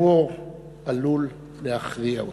הטרור עלול להכריע אותו.